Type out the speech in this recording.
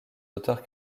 auteurs